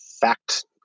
fact